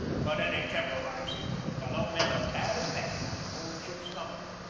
but any temporizing with the fellow meant a bad effect on the whole ship's company.